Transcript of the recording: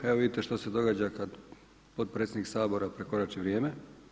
Evo vidite što se događa kad potpredsjednik Sabora prekorači vrijeme.